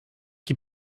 qui